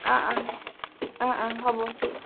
অঁ অঁ অঁ অঁ হ'ব ঠিক আছে